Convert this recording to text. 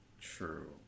true